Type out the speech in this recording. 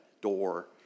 door